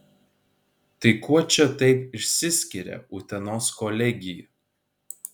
tai kuo čia taip išsiskiria utenos kolegija